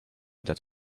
that